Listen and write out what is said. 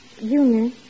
Junior